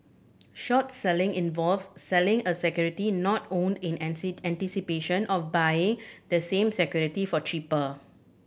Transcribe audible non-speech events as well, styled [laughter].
short selling involves selling a security not owned in [unintelligible] anticipation of buying the same security for cheaper